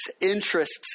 interests